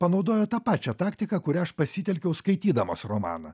panaudojo tą pačią taktiką kurią aš pasitelkiau skaitydamas romaną